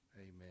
Amen